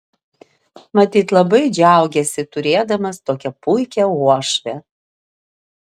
matyt labai džiaugiasi turėdamas tokią puikią uošvę